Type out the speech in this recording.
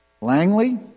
Langley